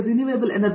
professor